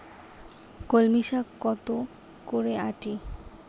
কলমি শাখ কত করে আঁটি?